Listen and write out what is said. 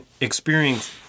experience